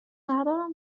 ندارم